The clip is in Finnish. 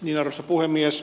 arvoisa puhemies